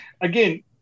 Again